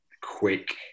quick